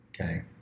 Okay